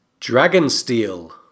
Dragonsteel